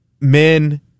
men